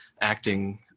acting